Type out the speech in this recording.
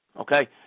Okay